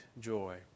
joy